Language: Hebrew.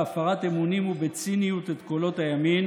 בהפרת אמונים ובציניות את קולות הימין